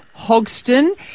Hogston